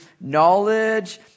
knowledge